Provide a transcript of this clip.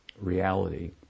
reality